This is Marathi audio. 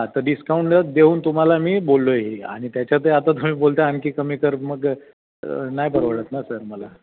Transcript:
तर डिस्काऊंडं देऊन तुम्हाला मी बोललो आहे हे आणि त्याच्यातही आता तुम्ही बोलता आणखी कमी कर मग नाही परवडत ना सर मला